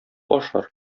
ашар